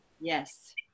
Yes